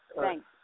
Thanks